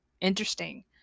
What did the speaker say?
interesting